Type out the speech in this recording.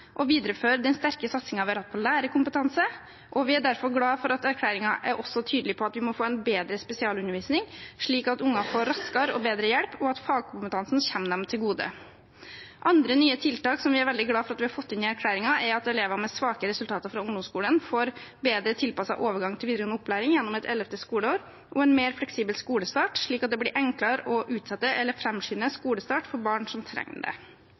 å videreføre den sterke satsingen vi har hatt på lærerkompetanse, og vi er derfor glad for at erklæringen også er tydelig på at vi må få en bedre spesialundervisning, slik at ungene får raskere og bedre hjelp, og at fagkompetansen kommer dem til gode. Andre nye tiltak som vi er veldig glad for at vi har fått inn i erklæringen, er at elever med svake resultater fra ungdomsskolen får bedre tilpasset overgang til videregående opplæring gjennom et 11. skoleår og en mer fleksibel skolestart, slik at det blir enklere å utsette – eller framskynde – skolestart for barn som trenger det.